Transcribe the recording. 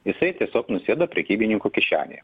jisai tiesiog nusėda prekybininkų kišenėje